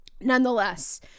nonetheless